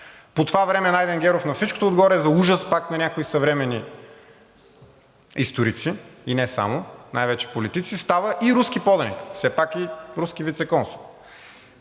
По това време Найден Геров на всичкото отгоре за ужас на някои съвременни историци, и не само, а най-вече политици става и руски поданик – все пак е руски вицеконсул.